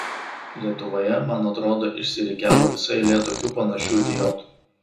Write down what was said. lietuvoje man atrodo išsirikiavo visa eilė tokių panašių idiotų